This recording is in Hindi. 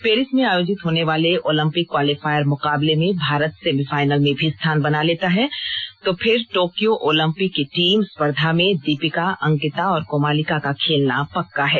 पेरिस में आयोजित होने वाले ओलंपिक क्वालीफायर मुकाबले में भारत सेमीफाइनल में भी स्थान बना लेता है तो फिर टोक्यो ओलंपिक की टीम स्पर्धा में दीपिका अंकिता और कोमालिका का खेलना पक्का है